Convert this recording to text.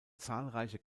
zahlreiche